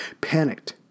panicked